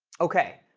ok,